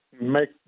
make